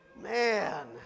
Man